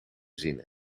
zinnen